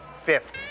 fifth